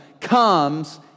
comes